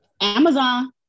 Amazon